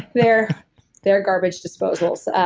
they're they're garbage disposals